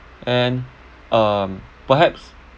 and um perhaps